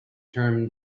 term